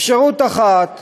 אפשרות אחת,